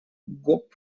гоп